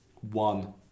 One